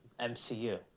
MCU